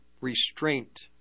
restraint